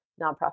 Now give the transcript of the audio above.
nonprofit